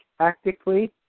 tactically